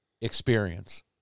experience